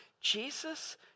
Jesus